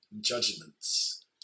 judgments